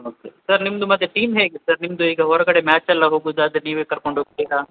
okay sir ನಿಮ್ಮದು ಮತ್ತು team ಹೇಗೆ ಸರ್ ನಿಮ್ಮದು ಈಗ ಹೊರಗಡೆ ಮ್ಯಾಚ್ ಎಲ್ಲ ಹೋಗುದಾದರೆ ನೀವೇ ಕರ್ಕೊಂಡು ಹೋಗ್ತೀರಾ